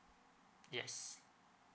yes